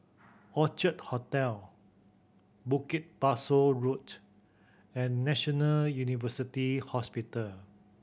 Orchard Hotel Bukit Pasoh Road and National University Hospital